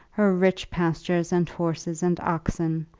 her rich pastures and horses and oxen,